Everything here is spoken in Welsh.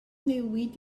newid